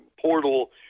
portal